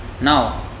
Now